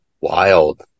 wild